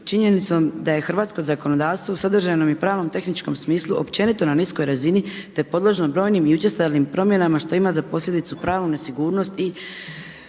činjenicom da je hrvatsko zakonodavstvo u sadržajnom i pravnom tehničkom smislu općenito na niskoj razini, te podložno brojnim i učestalim promjenama što ima za posljedicu pravu nesigurnost i